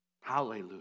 hallelujah